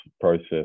process